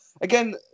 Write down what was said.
again